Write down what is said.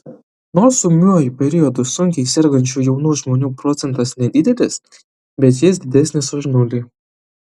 nors ūmiuoju periodu sunkiai sergančių jaunų žmonių procentas nedidelis bet jis didesnis už nulį